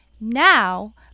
Now